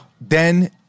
Then-